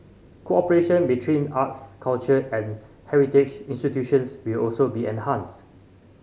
cooperation between arts culture and heritage institutions will also be enhanced